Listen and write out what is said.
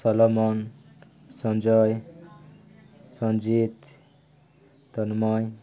ସଲେମନ Sanjay Sanjit Tanmay